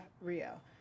Rio